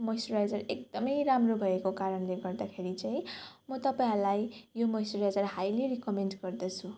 moisturiser एकदम राम्रो भएको कारणले गर्दाखेरि चाहिँ म तपाईँहरूलाई यो मोइस्चराइजर हाइली रिकमेन्ड गर्दछु